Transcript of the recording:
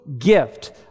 gift